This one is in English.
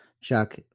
Chuck